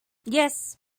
yes